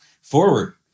forward